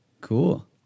Cool